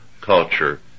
culture